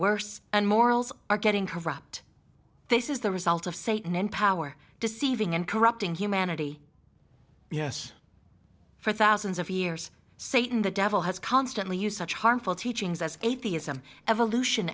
worse and morals are getting corrupt this is the result of satan in power deceiving and corrupting humanity yes for thousands of years satan the devil has constantly used such harmful teachings as atheism evolution